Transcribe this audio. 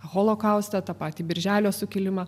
holokaustą tą patį birželio sukilimą